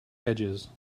edges